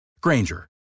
Granger